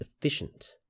efficient